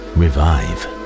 revive